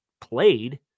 played